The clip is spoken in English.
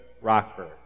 Rockford